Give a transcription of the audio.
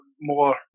more